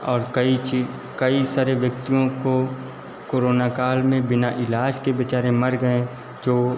और कई चि कै सारे ब्यक्तियों को कोरोना काल में बिना इलाज के बेचारे मर गए चो